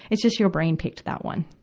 it's just your brain picked that one.